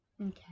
Okay